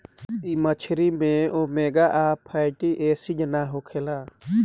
इ मछरी में ओमेगा आ फैटी एसिड ना होखेला